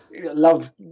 love